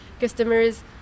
customers